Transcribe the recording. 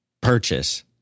purchase